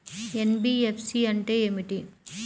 NBFC అంటే ఏమిటి?